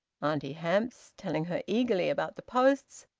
auntie hamps, telling her eagerly about the posts,